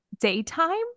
Daytime